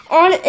on